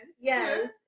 Yes